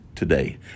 today